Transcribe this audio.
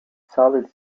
solid